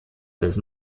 des